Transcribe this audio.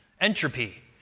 Entropy